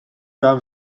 dám